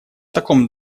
таком